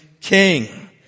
king